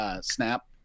Snap